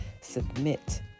submit